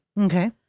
Okay